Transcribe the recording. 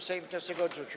Sejm wniosek odrzucił.